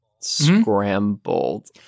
Scrambled